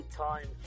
time